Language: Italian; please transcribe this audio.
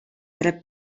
tre